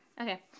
Okay